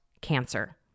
cancer